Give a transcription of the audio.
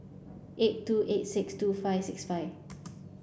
eight two eight six two five six five